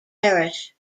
parish